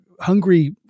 hungry